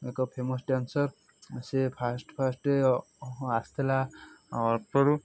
ଏକ famous dancer ସେ first first ଆସିଥିଲା ଅଳ୍ପରୁ